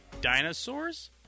dinosaurs